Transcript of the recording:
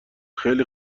خیلی